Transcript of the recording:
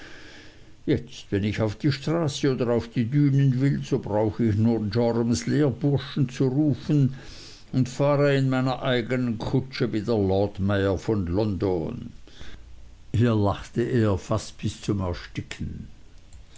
jetzt wenn ich auf die straße oder auf die dünen will so brauche ich nur jorams lehrburschen zu rufen und fahre in meiner eignen kutsche wie der lordmayor von london hier lachte er fast bis zum ersticken